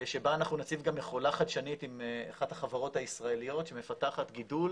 שבו אנחנו נציג גם מחולה חדשנית עם אחת החברות הישראליות שמפתחת גידול